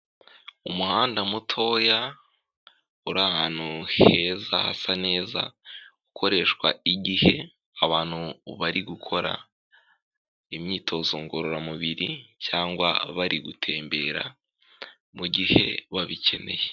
Umuhanda mutoya uri ahantu heza hasa neza, ukoreshwa igihe abantu bari gukora imyitozo ngororamubiri cyangwa bari gutembera mugihe babikeneye.